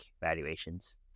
valuations